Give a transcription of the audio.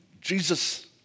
Jesus